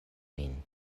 min